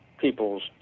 people's